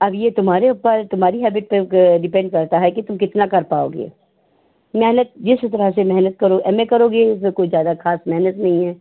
अब ये तुम्हारे ऊपर है तुम्हारी हैबिट पर डिपेन्ड करता है कि तुम कितना कर पाओगे मेहनत जिस तरह से मेहनत करो एम ए करोगे उसमें कोई ज्यादा खास मेहनत नहीं है